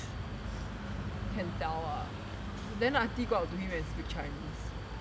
can tell ah then the aunty go up to him and speak chinese